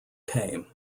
came